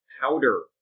powder